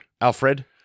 alfred